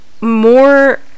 more